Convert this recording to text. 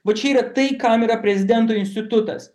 va čia yra tai kam yra prezidento institutas